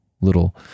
little